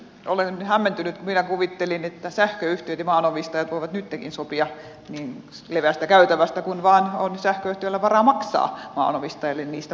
olen hämmentynyt kun minä kuvittelin että sähköyhtiöt ja maanomistajat voivat nyttenkin sopia niin leveästä käytävästä kuin vain on sähköyhtiöllä varaa maksaa maanomistajalle niistä puista ja maa alueista